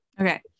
Okay